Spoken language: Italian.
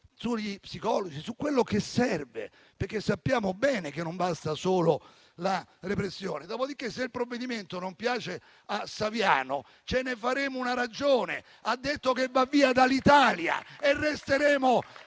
sugli psicologi, su quello che serve. Sappiamo bene infatti che non basta solo la repressione. Dopodiché se il provvedimento non piace a Saviano, ce ne faremo una ragione. Ha detto che va via dall'Italia e resteremo